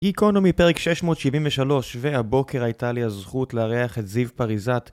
איקונומי פרק 673, והבוקר הייתה לי הזכות לארח את זיו פריזט